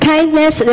Kindness